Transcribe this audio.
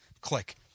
click